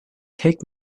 take